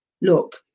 Look